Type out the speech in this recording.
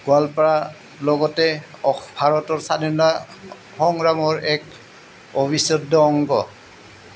গোৱালপাৰাৰ লগতে ভাৰতৰ স্বাধীন সংগ্ৰামৰ এক অবিচ্ছেদ্য অংগ